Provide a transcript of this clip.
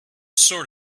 sort